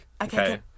Okay